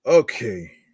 okay